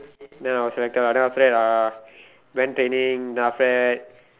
then I was selected lah then after that uh went training then after that